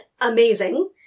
amazing